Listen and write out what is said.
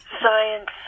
science